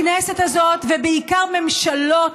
הכנסת הזאת, ובעיקר ממשלות,